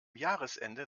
jahresende